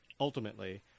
Ultimately